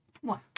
One